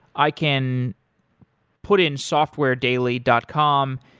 i can put in softwaredaily dot com,